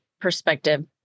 perspective